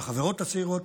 ולחברות הצעירות,